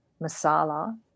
masala